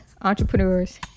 entrepreneurs